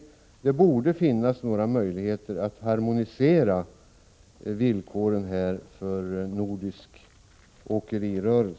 Jag tycker att det borde finnas några möjligheter att harmonisera villkoren för nordisk åkerirörelse.